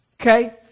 Okay